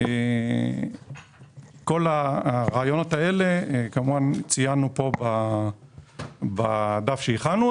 את כל הרעיונות הללו פירטנו בדף שהכנו.